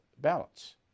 ballots